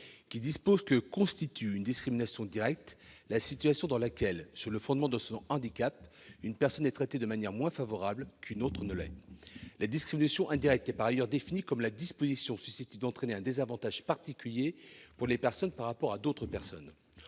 cet article, « constitue une discrimination directe la situation dans laquelle, sur le fondement [...] de son handicap [...], une personne est traitée de manière moins favorable qu'une autre ne l'est ». En outre, la discrimination indirecte est définie comme la disposition susceptible d'entraîner un désavantage particulier pour des personnes par rapport à d'autres. Or le